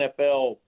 nfl